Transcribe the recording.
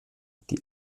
die